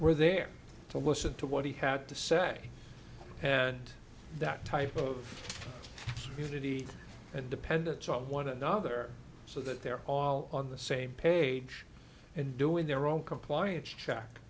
were there to listen to what he had to say and that type of unity and dependence on one another so that they're all on the same page and doing their own compliance